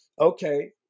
okay